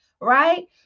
Right